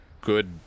good